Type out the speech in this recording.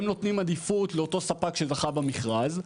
הם נותנים עדיפות לאותו ספק שזכה במכרז,